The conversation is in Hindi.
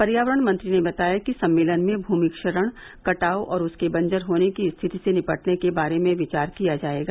पर्यावरण मंत्री ने बताया कि सम्मेलन में भूमि क्षरण कटाव और उसके बंजर होने की स्थिति से निपटने के बारे में विचार किया जायेगा